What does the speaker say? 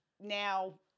now